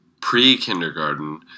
pre-kindergarten